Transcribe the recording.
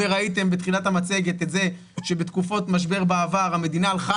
וראיתם בתחילת המצגת את זה שבתקופות משבר בעבר המדינה הלכה